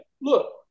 look